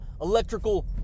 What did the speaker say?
electrical